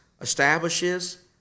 establishes